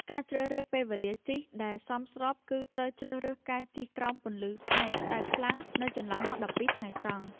ការជ្រើសរើសពេលវេលាជិះដែលសមស្រប គឺត្រូវជៀសវាងការជិះក្រោមពន្លឺថ្ងៃក្ដៅខ្លាំងនៅចន្លោះម៉ោង ១២ ថ្ងៃត្រង់។